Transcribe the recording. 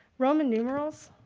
roman numerals,